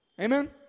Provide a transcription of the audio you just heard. Amen